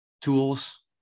tools